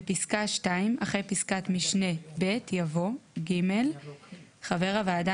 בפסקה (2) אחרי פסקת משנה (ב) יבוא: חבר הוועדה